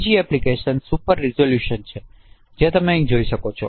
બીજી application super resolution છે જે તમે અહીં જોઈ શકો છો